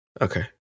Okay